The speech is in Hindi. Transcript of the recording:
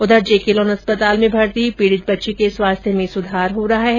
उधर जेकेलोन अस्पताल में भर्ती पीडित बच्ची के स्वास्थ्य में सुधार हो रहा है